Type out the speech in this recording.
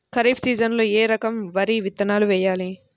ఖరీఫ్ సీజన్లో ఏ రకం వరి విత్తనాలు వేయాలి?